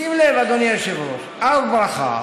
שים לב, אדוני היושב-ראש, בהר ברכה,